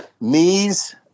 knees